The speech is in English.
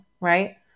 right